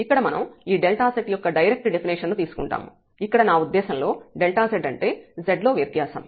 ఇక్కడ మనం ఈ z యొక్క డైరెక్ట్ డెఫినేషన్ ను తీసుకుంటాము ఇక్కడ నా ఉద్దేశ్యంలో z అంటే z లో వ్యత్యాసం